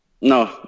No